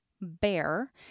bear